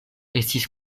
estis